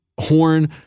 horn